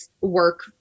work